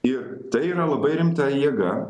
ir tai yra labai rimta jėga